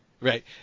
right